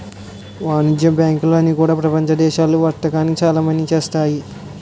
వాణిజ్య బ్యాంకులు అన్నీ కూడా ప్రపంచ దేశాలకు వర్తకాన్ని చలామణి చేస్తాయి